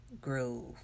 groove